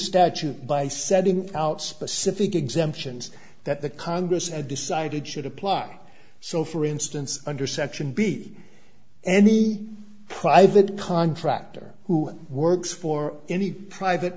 statute by setting out specific exemptions that the congress and decided should apply so for instance under section b any private contractor who works for any private